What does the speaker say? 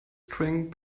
string